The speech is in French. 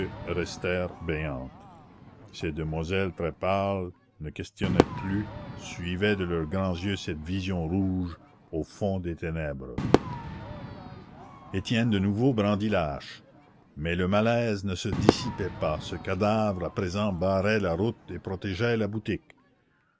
restèrent béantes ces demoiselles très pâles ne questionnaient plus suivaient de leurs grands yeux cette vision rouge au fond des ténèbres étienne de nouveau brandit la hache mais le malaise ne se dissipait pas ce cadavre à présent barrait la route et protégeait la boutique